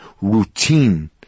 routine